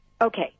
okay